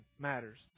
matters